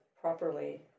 properly